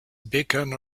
beacon